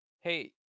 Hey